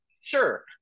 sure